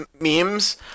memes